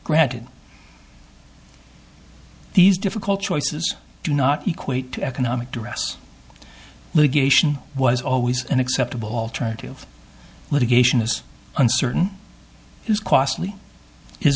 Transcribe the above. granted these difficult choices do not equate to economic duress litigation was always an acceptable alternative litigation is uncertain is